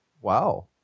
Wow